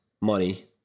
money